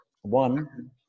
One